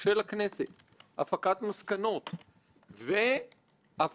ניסית לסכם ולתמצת דברים שאפשר לומר אותם בהרחבה